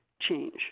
change